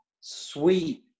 sweet